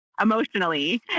emotionally